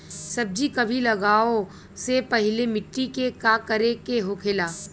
सब्जी कभी लगाओ से पहले मिट्टी के का करे के होखे ला?